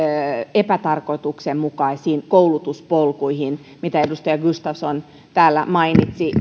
epätarkoituksenmukaisiin koulutuspolkuihin esimerkiksi sosionomien kohdalla minkä edustaja gustafsson täällä mainitsi